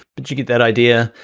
but you get that idea.